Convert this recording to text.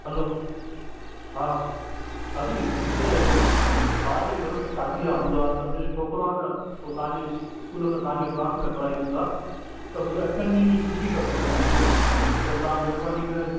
hello हा दादी मुंहिंजे भाउ जे घर में शादी आहे अहमदाबाद त मुंहिंजो छोकिरो आहे न ओ तव्हांजे स्कूल जे तव्हांजे क्लास में पढ़ंदो आहे त मूंखे अठनि ॾींहं छुटी खपे उनजी त तव्हां महिरबानी करे